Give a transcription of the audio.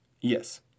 Yes